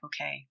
okay